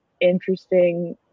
interesting